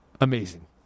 Amazing